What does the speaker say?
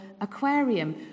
aquarium